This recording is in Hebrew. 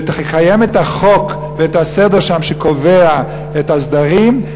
ותקיים את החוק ואת הסדר שם שקובע את הסדרים,